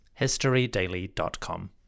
historydaily.com